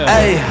Hey